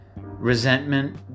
resentment